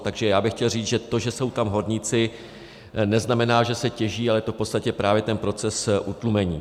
Takže bych chtěl říct, že to, že jsou tam horníci, neznamená, že se těží, ale je to v podstatě právě proces utlumení.